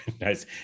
nice